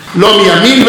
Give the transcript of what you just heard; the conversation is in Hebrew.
אני אוהב אדם.